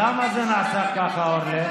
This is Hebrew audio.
למה זה נעשה ככה, אורלי?